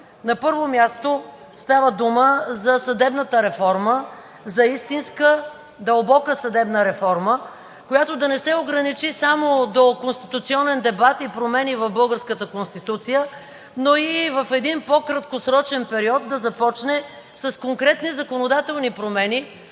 На първо място, става дума за съдебната реформа – за истинска, дълбока съдебна реформа, която да не се ограничи само до конституционен дебат и промени в българската Конституция, но и в един по-краткосрочен период да започне с конкретни законодателни промени,